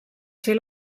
fer